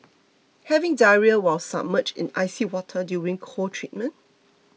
having diarrhoea while submerged in icy water during cold treatment